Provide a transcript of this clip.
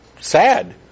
sad